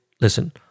Listen